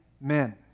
men